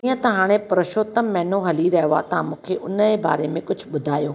ईअं त हाणे पुरुषोत्तम महिनो हली रहियो आहे तव्हां मूंखे हुन जे बारे में कुझु ॿुधायो